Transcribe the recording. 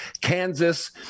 Kansas